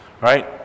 Right